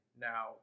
Now